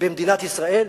במדינת ישראל,